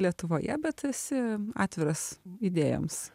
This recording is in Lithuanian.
lietuvoje bet esi atviras idėjoms